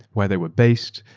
where they were based,